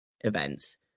events